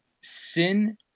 sin